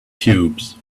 cubes